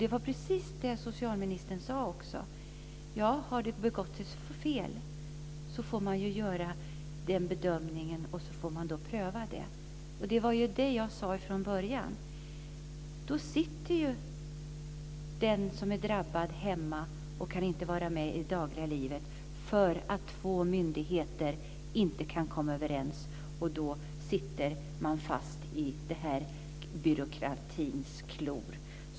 Det var också precis det socialministern sade. Har det begåtts ett fel får myndigheterna göra en bedömning och pröva det. Det var vad jag sade från början. Då sitter den som är drabbad hemma och kan inte vara med i det dagliga livet för att två myndigheter inte kan komma överens. Då sitter den människan fast i byråkratins klor.